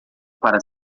para